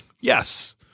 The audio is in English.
Yes